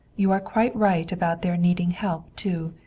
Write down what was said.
you are quite right about their needing help too.